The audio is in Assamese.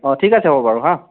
অঁ ঠিক আছে হ'ব বাৰু হাঁ